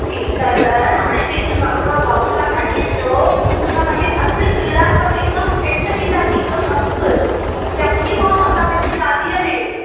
ठीकु आहे सर हाणे बि हिकु कमु कयो भाउ तव्हां खणी अचो असां तव्हांखे अधु कलाक में हिकदमि फिट ॾींदासीं हिकदमि मस्तु चमकी पवंदव तव्हां पंहिंजी शादीअ में